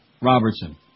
Robertson